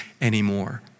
anymore